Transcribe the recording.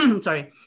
sorry